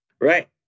Right